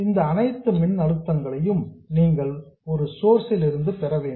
இந்த அனைத்து dc மின்னழுத்தங்களையும் நீங்கள் ஒரு சோர்ஸ் லிருந்து பெற வேண்டும்